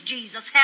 Jesus